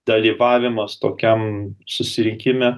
dalyvavimas tokiam susirinkime